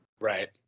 Right